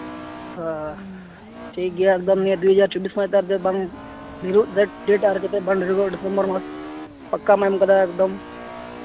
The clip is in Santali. ᱚᱻ ᱴᱷᱤᱠ ᱜᱮᱭᱟ ᱮᱠᱫᱚᱢ ᱱᱤᱭᱟᱹ ᱫᱩ ᱦᱟᱡᱟᱨ ᱪᱚᱵᱵᱤᱥ ᱦᱟᱹᱵᱤᱡ ᱛᱮ ᱵᱟᱝ ᱰᱷᱮᱨᱚᱜ ᱨᱮᱴ ᱰᱮᱴ ᱮᱢ ᱠᱟᱛᱮᱜ ᱵᱟᱞᱮ ᱨᱩᱣᱟᱹᱲ ᱰᱤᱥᱮᱢᱵᱚᱨ ᱢᱟᱥ ᱯᱟᱠᱟᱢ ᱮᱢ ᱠᱟᱫᱟ ᱮᱠᱫᱚᱢ